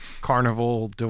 carnival